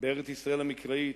בארץ-ישראל המקראית,